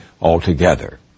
altogether